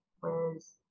whereas